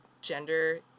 gender